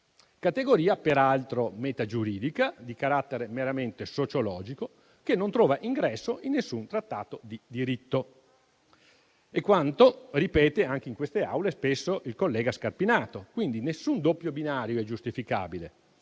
categoria peraltro metagiuridica, di carattere meramente sociologico, che non trova ingresso in nessun trattato di diritto. È quanto ripete spesso in queste Aule anche il collega Scarpinato, quindi nessun doppio binario è giustificabile: